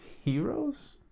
heroes